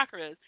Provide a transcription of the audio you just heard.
chakras